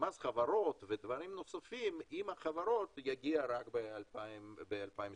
מס חברות ודברים נוספים יגיע רק ב-2023.